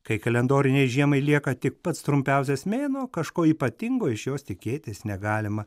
kai kalendorinei žiemai lieka tik pats trumpiausias mėnuo kažko ypatingo iš jos tikėtis negalima